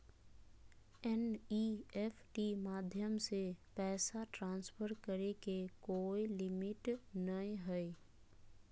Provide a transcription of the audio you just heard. NEFT माध्यम से पैसा ट्रांसफर करे के कोय लिमिट नय हय